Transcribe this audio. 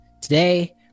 today